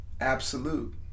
absolute